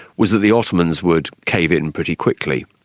was that the ottomans would cave in pretty quickly.